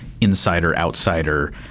insider-outsider